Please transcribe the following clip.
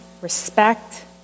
respect